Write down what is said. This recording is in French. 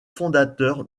fondateur